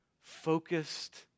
Focused